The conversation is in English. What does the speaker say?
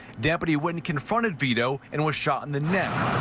deputy whitten confronted vido and was shot in the neck.